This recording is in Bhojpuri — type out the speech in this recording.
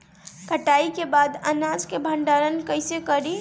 कटाई के बाद अनाज का भंडारण कईसे करीं?